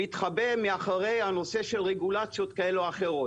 להתחבא מאחורי הנושא של רגולציות כאלה או אחרות.